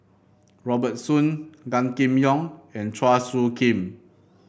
Robert Soon Gan Kim Yong and Chua Soo Khim